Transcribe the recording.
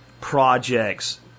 projects